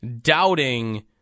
doubting